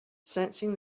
sensing